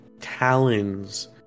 talons